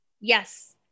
yes